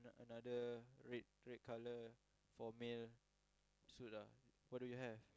and another red red colour for male suit ah what do you have